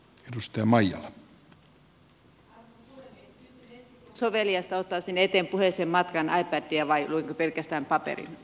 onko soveliasta ottaa sinne eteen matkaan ipadia vai luenko pelkästään paperista